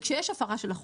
וכשיש הפרה של החוק,